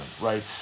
right